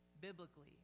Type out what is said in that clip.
biblically